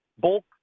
Bulk